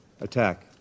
attack